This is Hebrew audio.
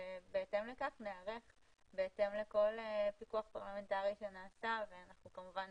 אנחנו ניערך בהתאם לכל פיקוח פרלמנטרי שנעשה ואנחנו כמובן